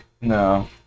No